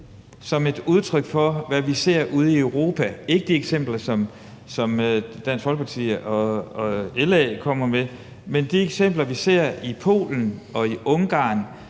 som et udtryk for, hvad vi ser ude i Europa, ikke de eksempler, som Dansk Folkeparti og LA kommer med, men de eksempler, vi ser i Polen og i Ungarn,